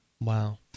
Wow